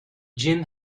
jim